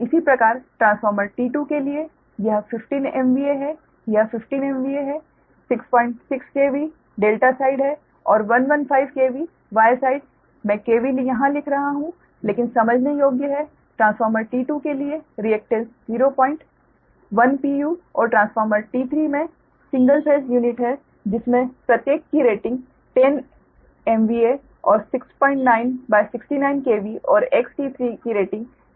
इसी प्रकार transformer T2 के लिए यह 15 MVA है यह 15 MVA है 66 KV डेल्टा साइड है और 115 KV Y साइड मैं KV यहाँ लिख रहा हूं लेकिन समझने योग्य है ट्रांसफॉर्मर T2 के लिए रिएकटेन्स 010 pu और ट्रांसफॉर्मर T3 वास्तव में सिंगल फेज यूनिट है जिसमें प्रत्येक की रेटिंग 10 MVA और 6969 KV और XT3 की रेटिंग 010 pu है